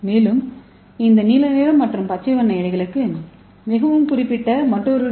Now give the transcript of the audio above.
மேலும் இந்த நீல நிறம் மற்றும் பச்சை வண்ண இழைகளுக்கு மிகவும் குறிப்பிட்ட மற்றொரு டி